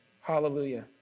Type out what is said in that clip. Hallelujah